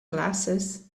glasses